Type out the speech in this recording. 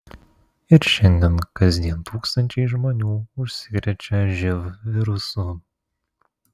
ir šiandien kasdien tūkstančiai žmonių užsikrečia živ virusu